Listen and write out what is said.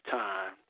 time